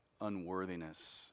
unworthiness